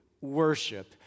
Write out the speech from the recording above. worship